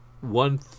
one